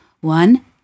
One